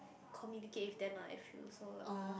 communicate with them ah if you also uh